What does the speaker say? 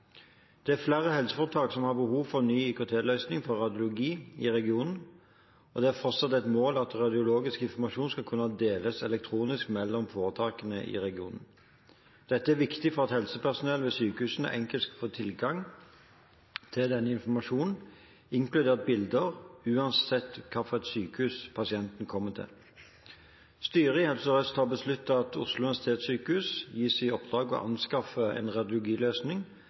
Det er flere helseforetak som har behov for en ny IKT-løsning for radiologi i regionen, og det er fortsatt et mål at radiologisk informasjon skal kunne deles elektronisk mellom foretakene i regionen. Dette er viktig for at helsepersonell ved sykehusene enkelt skal få tilgang til denne informasjonen, inkludert bilder, uansett hvilket sykehus pasienten kommer til. Styret i Helse Sør-Øst har besluttet at Oslo universitetssykehus gis i oppdrag å anskaffe en